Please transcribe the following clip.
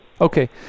Okay